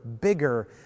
bigger